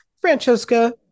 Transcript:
Francesca